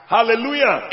Hallelujah